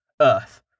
Earth